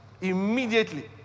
immediately